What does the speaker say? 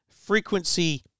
frequency